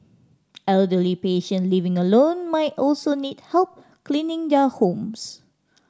elderly patient living alone might also need help cleaning their homes